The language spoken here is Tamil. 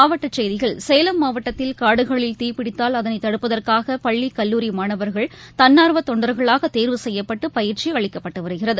மாவட்டசெய்திகள் சேலம் மாவட்டத்தில் காடுகளில் தீபிடித்தால் அதனைதடுப்பதற்காக பள்ளி கல்லூரி மாணவர்கள் தன்னார்வதொண்டர்களாகதேர்வு செய்யப்பட்டுபயிற்சிஅளிக்கப்பட்டுவருகிறது